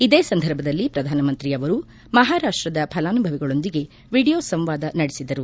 ಇದೇ ಸಂದರ್ಭದಲ್ಲಿ ಪ್ರಧಾನ ಮಂತ್ರಿ ಅವರು ಮಹಾರಾಷ್ಷದ ಫಲಾನುಭವಿಗಳೊಂದಿಗೆ ವಿಡಿಯೋ ಸಂವಾದ ನಡೆಸಿದರು